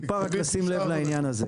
טיפה רק לשים לב לעניין הזה.